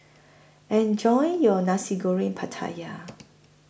Enjoy your Nasi Goreng Pattaya